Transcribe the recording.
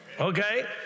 Okay